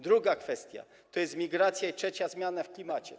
Druga kwestia to jest migracja, a trzecia to zmiany w klimacie.